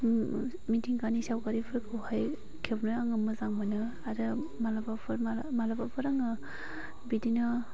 उम मिथिंगानि सावगारिफोरखौहाय खेबनो आङो मोजां मोनो आरो मालाबाफोर आङो बिदिनो